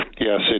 yes